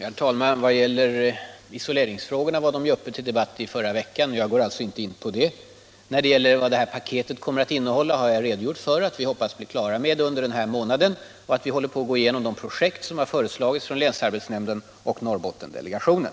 Herr talman! Energibesparande åtgärder genom isolering av hus var uppe till debatt här i förra veckan. Jag går alltså inte nu in på isoleringsfrågorna. Vad gäller innehållet i ett nytt paket för Norrbotten har jag redogjort för att vi hoppas bli klara med det under den här månaden. Vi håller på att gå igenom de projekt som har föreslagits av länsarbetsnämnden och Norrbottendelegationen.